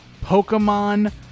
Pokemon